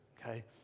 okay